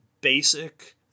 basic